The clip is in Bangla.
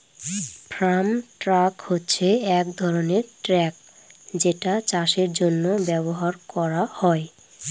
ফার্ম ট্রাক হচ্ছে এক ধরনের ট্র্যাক যেটা চাষের জন্য ব্যবহার করা হয়